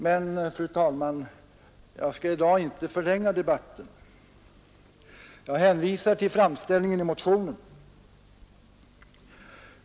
Men, fru talman, jag skall nu inte ytterligare förlänga debatten; jag hänvisar till framställningen i motionen.